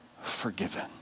forgiven